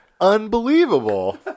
unbelievable